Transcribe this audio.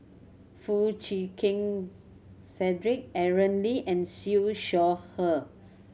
Foo Chee Keng Cedric Aaron Lee and Siew Shaw Her